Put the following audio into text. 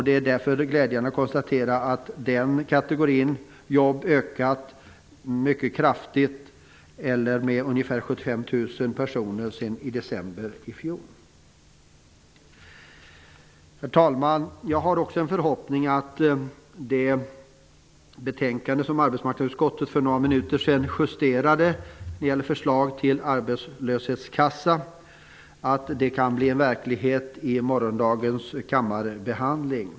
Det är därför glädjande att den kategorin jobb ökat mycket kraftigt, eller med ca 75 000 personer sedan december i fjol. Herr talman! Jag har också en förhoppning att förslagen i det betänkande som arbetsmarknadsutskottet för några minuter sedan justerade -- Förslag till arbetslöshetskassa -- kan förverkligas genom morgondagens kammarbehandling.